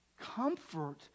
Comfort